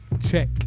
Check